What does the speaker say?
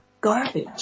garbage